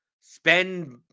spend